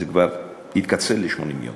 זה כבר התקצר ל-80 יום,